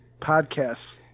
podcasts